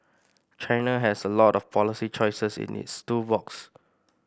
China has a lot of policy choices in its tool box